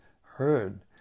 heard